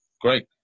great